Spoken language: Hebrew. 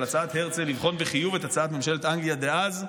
על הצעת הרצל לבחון בחיוב את הצעת ממשלת אנגליה דאז: